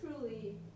truly